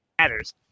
matters